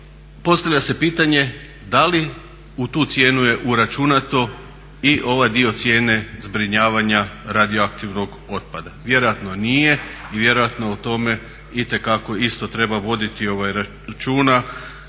Postavlja se pitanje da li u tu cijenu je uračunat i ovaj dio cijene zbrinjavanja radioaktivnog otpada? Vjerojatno nije i vjerojatno o tome itekako isto treba voditi računa